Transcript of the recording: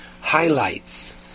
highlights